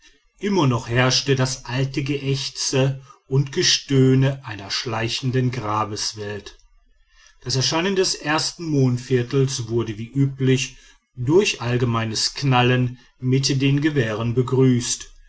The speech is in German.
immer noch herrschte das alte geächze und gestöhne einer schleichenden grabeswelt das erscheinen des ersten mondviertels wurde wie üblich durch allgemeines knallen mit den gewehren begrüßt